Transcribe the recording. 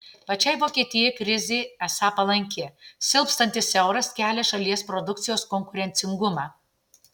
pačiai vokietijai krizė esą palanki silpstantis euras kelia šalies produkcijos konkurencingumą